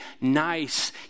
nice